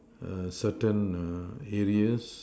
a certain areas